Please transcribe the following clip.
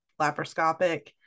laparoscopic